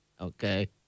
Okay